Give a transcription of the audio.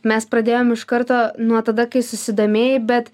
mes pradėjom iš karto nuo tada kai susidomėjai bet